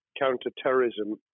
counter-terrorism